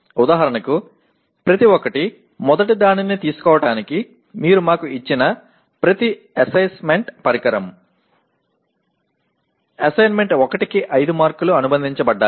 ఉదాహరణకు ప్రతి ఒక్కటి మొదటిదానిని తీసుకోవటానికి మీరు మాకు ఇచ్చిన ప్రతి అసెస్మెంట్ పరికరం అసైన్మెంట్ 1 కి 5 మార్కులు అనుబంధించబడ్డాయి